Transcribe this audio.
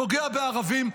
פוגע בערבים?